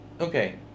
Okay